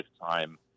lifetime